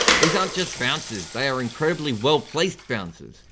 these aren't just bouncers, they are incredibly well placed bouncers.